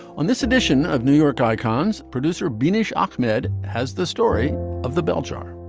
on this edition of new york icons producer binoche ahmed has the story of the bell jar